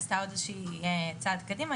עשתה עוד איזושהי צעד קדימה.